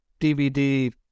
DVD